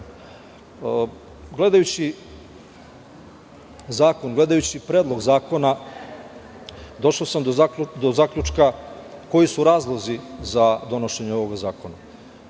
zakon, Predlog zakona došao sam do zaključka koji su razlozi za donošenje ovog zakona.